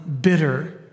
bitter